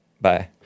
Bye